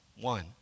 One